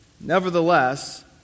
Nevertheless